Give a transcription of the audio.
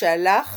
שהלך